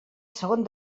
segon